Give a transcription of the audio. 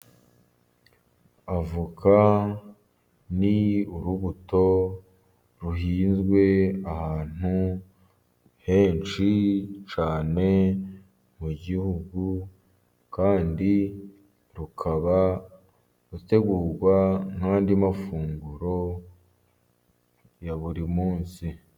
Avoka ni urubuto ruhinzwe ahantu henshi cyane mu gihugu, kandi rukaba rutegurwa n'andi mafunguro ya buri munsi.